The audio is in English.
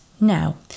Now